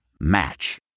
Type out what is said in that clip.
Match